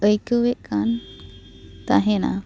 ᱟᱹᱭᱠᱟᱹᱣᱮᱫ ᱠᱟᱱ ᱛᱟᱦᱮᱸᱱᱟ